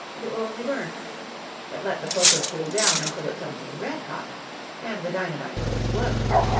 and it will only burn but let the poker cool down until it's only red-hot and the dynamite will explode.